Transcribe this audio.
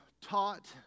taught